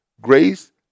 Grace